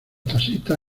taxistas